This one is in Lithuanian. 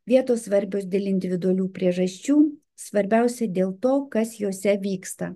vietos svarbios dėl individualių priežasčių svarbiausia dėl to kas jose vyksta